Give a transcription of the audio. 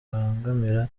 bibangamira